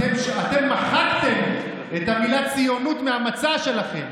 אתם מחקתם את המילה "ציונות" מהמצע שלכם,